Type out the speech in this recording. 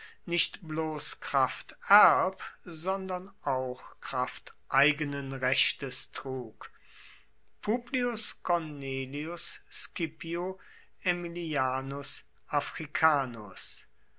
nicht bloß kraft erb sondern auch kraft eigenen rechtes trug publius cornelius scipio aemilianus africanus